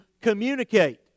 communicate